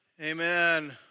Amen